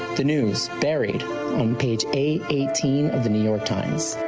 the news buried on page eighteen of the new york times.